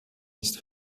ist